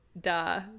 duh